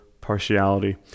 partiality